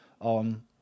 on